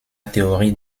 théorie